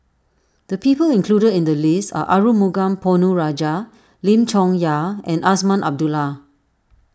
the people included in the list are Arumugam Ponnu Rajah Lim Chong Yah and Azman Abdullah